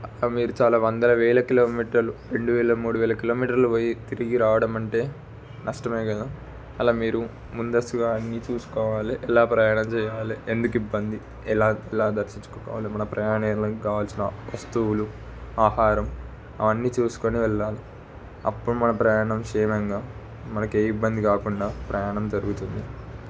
మీరు చాలా వందల వేల కిలోమీటర్లు రెండు వేల మూడు వేల కిలోమీటర్లు పోయి తిరిగి రావడం అంటే నష్టమే కదా అలా మీరు ముందస్తుగా అన్ని చూసుకోవాలి ఎలా ప్రయాణం చేయాలి ఎందుకు ఇబ్బంది ఎలా ఎలా దర్శించుకోవాలి మనం ప్రయాణానికి కావాల్సిన వస్తువులు ఆహారం అవన్నీ చూసుకొని వెళ్ళాలి అప్పుడు మన ప్రయాణం క్షేమంగా మనకి ఏ ఇబ్బంది కాకుండా ప్రయాణం జరుగుతుంది